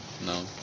No